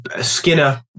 Skinner